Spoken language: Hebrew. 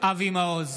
אבי מעוז,